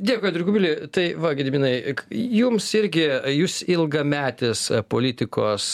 dėkui andriui kubiliui tai va gediminai jums irgi jūs ilgametis politikos